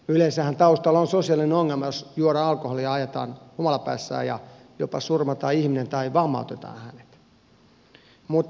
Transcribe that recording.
yleensähän taustalla on sosiaalinen ongelma jos juodaan alkoholia ja ajetaan humalapäissään ja jopa surmataan ihminen tai vammautetaan hänet